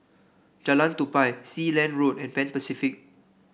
Jalan Tupai Sealand Road and Pan Pacific